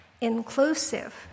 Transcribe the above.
inclusive